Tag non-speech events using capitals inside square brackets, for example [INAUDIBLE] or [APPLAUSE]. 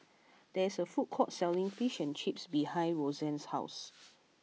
[NOISE] there is a food court selling Fish and Chips behind Roxann's house